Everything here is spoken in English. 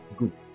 good